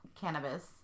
cannabis